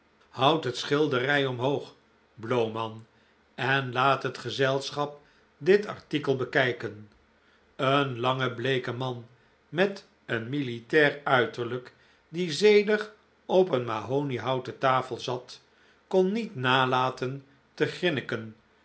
houdt het schilderij omhoog blowman en laat het gezelschap dit artikel bekijken een lange bleeke man met een militair uiterlijk die zedig op een mahoniehouten tafel zat kon niet nalaten